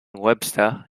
webster